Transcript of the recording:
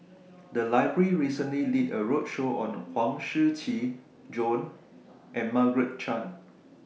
The Library recently did A roadshow on Huang Shiqi Joan and Margaret Chan